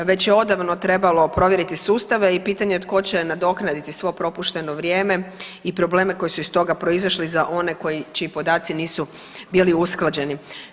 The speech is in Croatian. Već je odavno trebalo provjeriti sustave i pitanje je tko će nadoknaditi svo propušteno vrijeme i probleme koji su iz toga proizašli za one koji, čiji podaci nisu bili usklađeni.